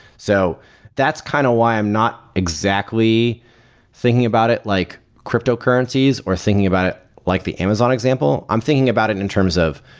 so that's kind of why i'm not exactly thinking about it, like cryptocurrencies, or thinking about it like the amazon example. i'm thinking about it in terms of,